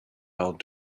held